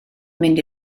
mynd